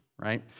Right